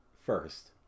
First